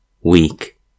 weak